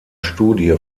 studie